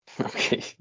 Okay